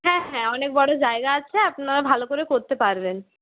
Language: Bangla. হ্যাঁ হ্যাঁ অনেক বড় জায়গা আছে আপনারা ভালো করে করতে পারবেন